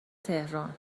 تهران